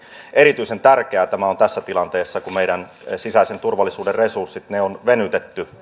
erityisen tärkeää tämä on tässä tilanteessa kun meidän sisäisen turvallisuutemme resurssit on venytetty